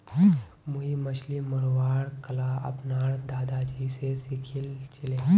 मुई मछली मरवार कला अपनार दादाजी स सीखिल छिले